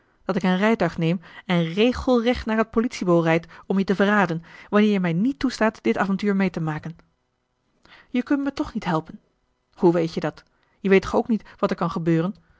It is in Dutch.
gebroken dat ik een rijtuig neem en regelrecht naar het politiebureau rijd om je te verraden wanneer je mij niet toestaat dit avontuur mee te maken je kunt me toch niet helpen hoe weet je dat je weet toch ook niet wat er kan gebeuren